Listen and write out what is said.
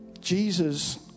Jesus